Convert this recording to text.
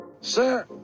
Sir